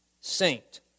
saint